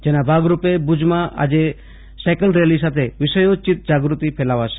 જેના ભાગરૂપે ભુજમાં આજે સાઇકલ રેલી સાથે વિષયોચિત જાગૃતિ ફેલાવશે